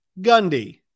Gundy